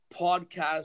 podcast